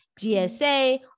GSA